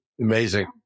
Amazing